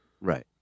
right